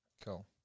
Cool